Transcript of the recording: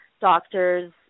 doctors